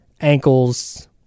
ankles